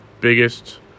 biggest